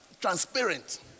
transparent